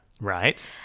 Right